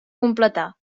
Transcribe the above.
completar